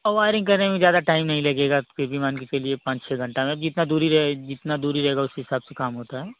wiring करने में ज्यादा टाइम नहीं लगेगा फिर भी मान कर चलिए पाँच छः घंटा में जितना दूरी जितना दूरी रहेगा उसके हिसाब से काम होता है